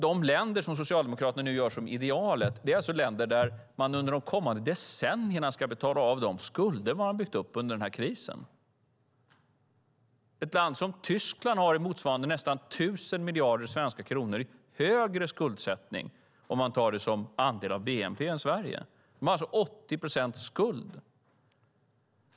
De länder som Socialdemokraterna nu gör till idealet är länder där man under de kommande decennierna ska betala av de skulder man har byggt upp under den här krisen. Ett land som Tyskland har motsvarande nästan 1 000 miljarder svenska kronor i högre skuldsättning än Sverige om man ser det som andel av bnp. De har alltså 80 procents skuld.